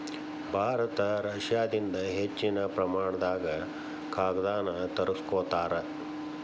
ಭಾರತ ರಷ್ಯಾದಿಂದ ಹೆಚ್ಚಿನ ಪ್ರಮಾಣದಾಗ ಕಾಗದಾನ ತರಸ್ಕೊತಾರ